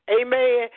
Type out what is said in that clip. amen